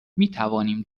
میتوانیم